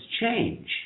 change